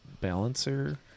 balancer